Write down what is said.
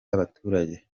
y’abaturage